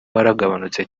waragabanutse